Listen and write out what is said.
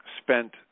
spent